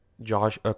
Josh